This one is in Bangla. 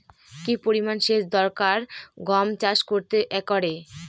কি পরিমান সেচ দরকার গম চাষ করতে একরে?